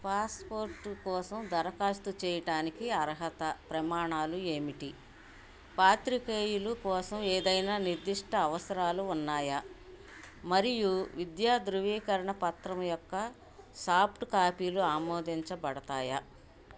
passport కోసం దరఖాస్తు చేయటానికి అర్హత ప్రమాణాలు ఏమిటి పాత్రికేయులు కోసం ఏదైనా నిర్దిష్ట అవసరాలు ఉన్నాయా మరియు విద్యా ధృవీకరణ పత్రం యొక్క సాఫ్ట్ కాపీలు ఆమోదించబడతాయా